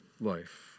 life